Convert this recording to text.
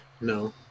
No